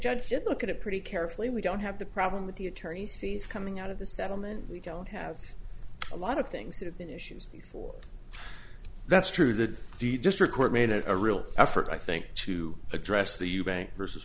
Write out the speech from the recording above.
should look at it pretty carefully we don't have the problem with the attorneys fees coming out of the settlement we don't have a lot of things that have been issues before that's true that the district court made it a real effort i think to address the eubank versus